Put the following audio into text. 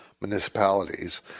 municipalities